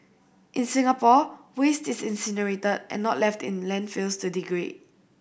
in Singapore waste is incinerated and not left in landfills to degrade